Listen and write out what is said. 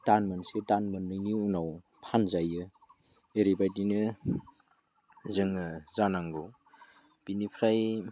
दान मोनसे दान मोननैनि उनाव फानजायो ओरैबायदिनो जोङो जानांगौ बेनिफ्राय